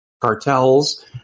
cartels